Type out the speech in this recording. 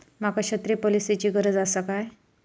माका छत्री पॉलिसिची गरज आसा काय?